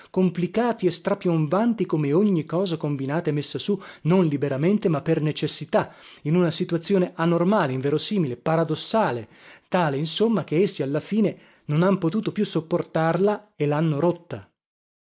complicati e strapiombanti come ogni cosa combinata e messa sù non liberamente ma per necessità in una situazione anormale inverosimile paradossale tale insomma che essi alla fine non han potuto più sopportarla e lhanno rotta